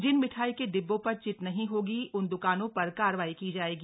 जिन मिठाई के डिब्बों पर चिट नहीं होगी उन द्कानों पर कार्रवाई की जाएगी